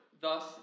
Thus